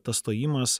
tas stojimas